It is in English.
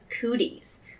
cooties